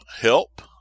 help